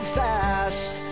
fast